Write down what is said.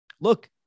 look